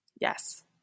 Yes